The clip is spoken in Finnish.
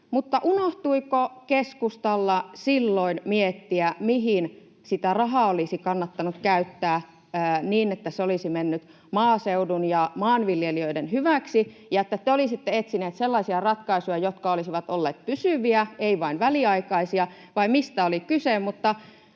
unohtuiko keskustalla silloin miettiä, mihin sitä rahaa olisi kannattanut käyttää niin, että se olisi mennyt maaseudun ja maanviljelijöiden hyväksi? Ja että te olisitte etsineet sellaisia ratkaisuja, jotka olisivat olleet pysyviä, eivät vain väliaikaisia,